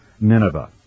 Nineveh